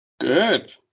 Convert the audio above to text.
Good